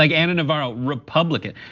like ana navarro, republican.